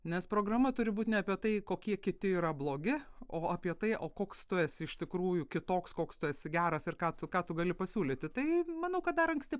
nes programa turi būt ne apie tai kokie kiti yra blogi o apie tai o koks tu esi iš tikrųjų kitoks koks tu esi geras ir ką tu ką tu gali pasiūlyti tai manau kad dar anksti